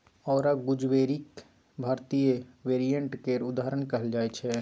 औरा गुजबेरीक भारतीय वेरिएंट केर उदाहरण कहल जाइ छै